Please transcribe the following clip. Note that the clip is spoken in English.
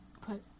put